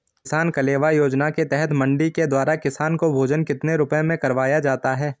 किसान कलेवा योजना के तहत मंडी के द्वारा किसान को भोजन कितने रुपए में करवाया जाता है?